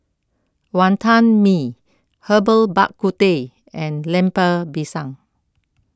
Wantan Mee Herbal Bak Ku Teh and Lemper Pisang